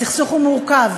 הסכסוך הוא מורכב,